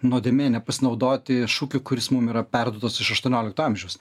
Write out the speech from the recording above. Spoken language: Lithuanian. nuodėmė nepasinaudoti šūkiu kuris mum yra perduotas iš aštuoniolikto amžiaus